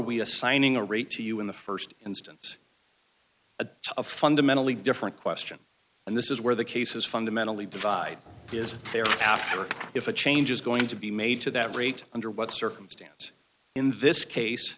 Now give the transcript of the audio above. we assigning a rate to you in the st instance a fundamentally different question and this is where the cases fundamentally divide is there after if a change is going to be made to that rate under what circumstance in this case